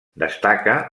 destaca